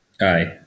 Aye